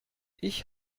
ich